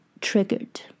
triggered